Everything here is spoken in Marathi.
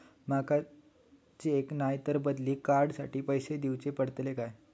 माका चेक नाय तर बदली कार्ड साठी पैसे दीवचे पडतले काय?